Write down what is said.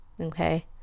Okay